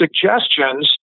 suggestions